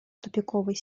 тупиковой